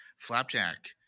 flapjack